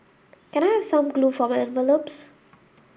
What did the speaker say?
can I have some glue for my envelopes